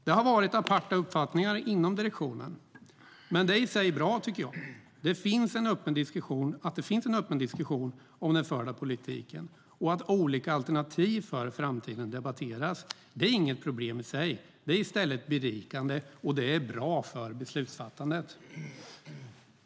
Det har varit aparta uppfattningar inom direktionen, men jag tycker att det är bra i sig att det finns en öppen diskussion om den förda politiken och att olika alternativ för framtiden debatteras. Det är inget problem i sig. Det är i stället berikande och bra för beslutsfattandet.